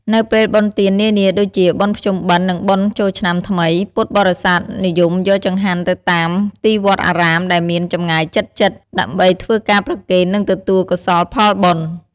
នៅពេលបុណ្យទាននានាដូចជា បុណ្យភ្ជុំបិណ្ឌ និង បុណ្យចូលឆ្នាំថ្មី ពុទ្ធបរិស័ទ និយមយកចង្ហាន់ទៅតាមទីវត្តអារាមដែលមានចម្ងាយជិតៗ ដើម្បីធ្វើការប្រគេន និងទទួលកោសលផលបុណ្យ។